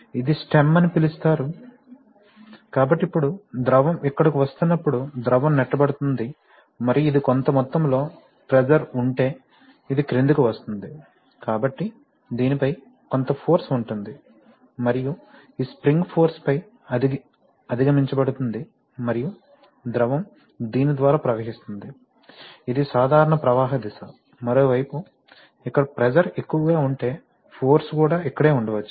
ఇది స్టెమ్ అని పిలుస్తారు కాబట్టి ఇప్పుడు ద్రవం ఇక్కడకు వస్తున్నప్పుడు ద్రవం నెట్టబడుతోంది మరియు ఇది కొంత మొత్తంలో ప్రెషర్ ఉంటే ఇది క్రిందికి వస్తుంది కాబట్టి దీనిపై కొంత ఫోర్స్ ఉంటుంది మరియు ఈ స్ప్రింగ్ ఫోర్స్ పై అధిగమించబడుతుంది మరియు ద్రవం దీని ద్వారా ప్రవహిస్తుంది ఇది సాధారణ ప్రవాహ దిశ మరోవైపు ఇక్కడ ప్రెషర్ ఎక్కువగా ఉంటే ఫోర్స్ కూడా ఇక్కడే ఉండవచ్చు